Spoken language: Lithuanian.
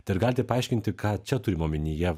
tai ar galite paaiškinti ką čia turim omenyje